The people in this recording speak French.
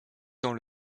dans